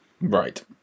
right